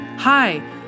Hi